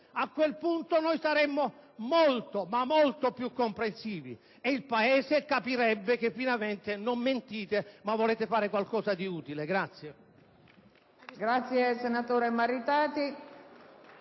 A quel punto noi saremmo molto ma molto più comprensivi e il Paese capirebbe che finalmente non mentite ma volete fare qualcosa di utile.